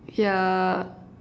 yeah